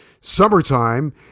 summertime